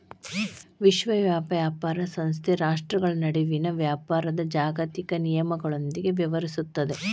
ವಿಶ್ವ ವ್ಯಾಪಾರ ಸಂಸ್ಥೆ ರಾಷ್ಟ್ರ್ಗಳ ನಡುವಿನ ವ್ಯಾಪಾರದ್ ಜಾಗತಿಕ ನಿಯಮಗಳೊಂದಿಗ ವ್ಯವಹರಿಸುತ್ತದ